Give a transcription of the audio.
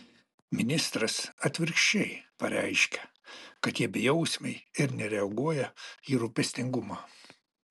ministras atvirkščiai pareiškia kad jie bejausmiai ir nereaguoja į rūpestingumą